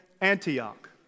Antioch